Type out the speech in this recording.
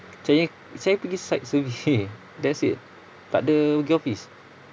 saya saya pergi site survey that's it takde pergi office